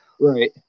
Right